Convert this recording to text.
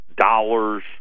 dollars